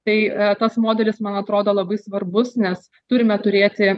tai tas modelis man atrodo labai svarbus nes turime turėti